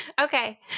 Okay